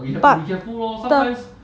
but but